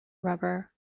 rubber